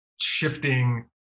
shifting